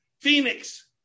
Phoenix